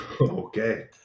okay